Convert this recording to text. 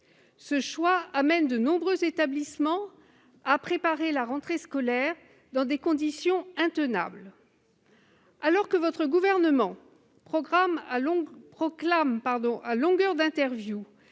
Ce choix conduit de nombreux établissements à préparer la rentrée scolaire dans des conditions intenables. Alors que votre gouvernement proclame à longueur d'interviews